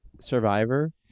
Survivor